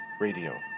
Radio